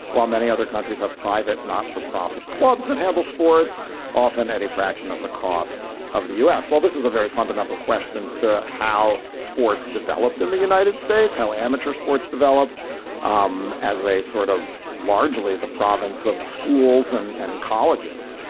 while many other countries have private not for profit clubs that handle sports often at a fraction of the cost of the u s. well this is a very fundamental question to how sports developed in the united states how amateur sports developed um as a sort of largely the province of schools and and colleges.